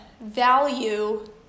value